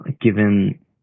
given